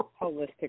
Holistic